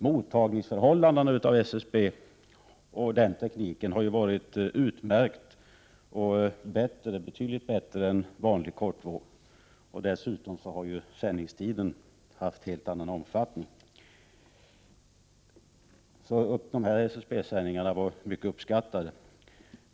Mottagningsförhållandena med SSB-teknik har varit utmärkta och betydligt bättre än med vanlig kortvåg. Dessutom har ju sändningstiden haft en helt annan omfattning. Därför har SSB-sändningarna varit mycket uppskattade.